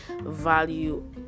value